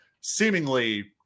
seemingly